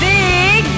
Big